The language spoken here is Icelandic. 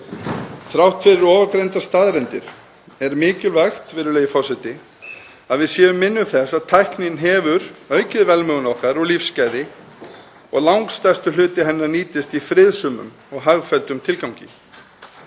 Þrátt fyrir ofangreindar staðreyndir er mikilvægt, virðulegi forseti, að við séum minnug þess að tæknin hefur aukið velmegun okkar og lífsgæði og langstærstur hluti hennar nýtist í friðsömum og hagfelldum tilgangi.